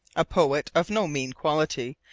a poet of no mean quality,